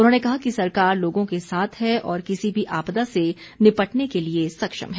उन्होंने कहा कि सरकार लोगों के साथ है और किसी भी आपदा से निपटने के लिए सक्षम है